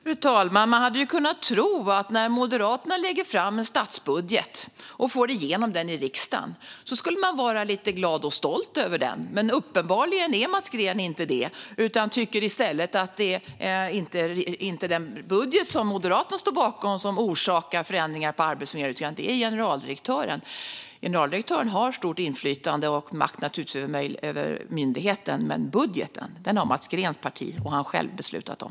Fru talman! Man hade ju kunnat tro att Moderaterna, när de lagt fram en statsbudget och fått igenom den i riksdagen, skulle vara lite glada och stolta över den. Men uppenbarligen är Mats Green inte det. Han tycker inte att det är den budget som Moderaterna står bakom utan generaldirektören som orsakar förändringarna på Arbetsförmedlingen. Generaldirektören har naturligtvis stort inflytande och makt över myndigheten, men budgeten har Mats Greens parti och han själv beslutat om.